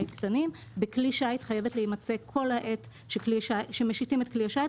קטנים בכלי שיט חייבת להימצא כל העת שמשיטים את כלי השיט,